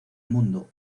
mundo